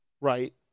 Right